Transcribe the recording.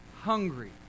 hungry